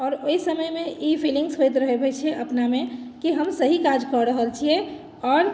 आओर ओहि समयमे ई फीलिंग्स होइत रहैत होइत छै अपनामे कि हम सही काज कऽ रहल छियै आओर